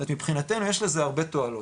מבחינתנו יש לזה הרבה תועלות,